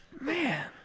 Man